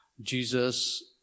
Jesus